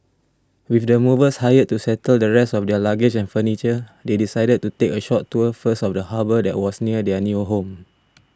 with the movers hired to settle the rest of their luggage and furniture they decided to take a short tour first of the harbour that was near their new home